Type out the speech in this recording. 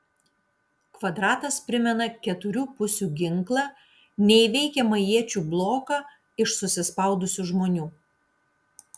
kvadratas primena keturių pusių ginklą neįveikiamą iečių bloką iš susispaudusių žmonių